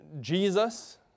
Jesus